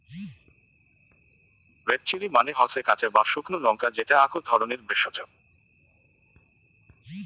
red chilli মানে হসে কাঁচা বা শুকনো লঙ্কা যেটা আক ধরণের ভেষজ